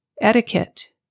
Etiquette